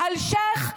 אלשיך,